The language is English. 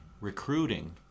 recruiting